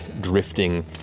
drifting